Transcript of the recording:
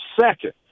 second